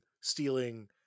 stealing